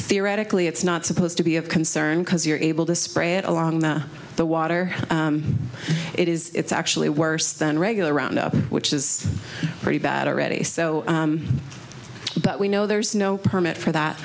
theoretically it's not supposed to be of concern because you're able to spray it along the water it is it's actually worse than regular which is pretty bad already so but we know there's no permit for that